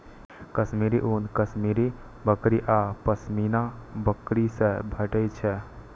कश्मीरी ऊन कश्मीरी बकरी आ पश्मीना बकरी सं भेटै छै